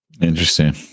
Interesting